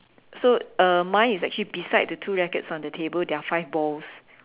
so uh mine is actually beside the two rackets on the table there are five balls